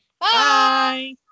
Bye